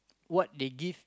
what they give